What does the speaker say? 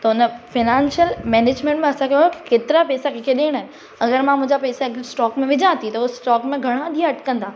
त उन financial management में असांखे हुयो केतिरा पैसा कंहिंखे ॾियणा आहिनि अगरि मां मुंहिंजा पैसा स्टॉक में विझां थी त उहो स्टॉक में घणा ॾींहं अटिकंदा